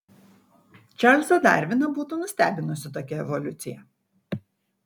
čarlzą darviną būtų nustebinusi tokia evoliucija